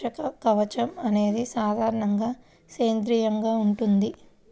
రక్షక కవచం అనేది సాధారణంగా సేంద్రీయంగా ఉంటుంది